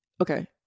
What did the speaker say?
okay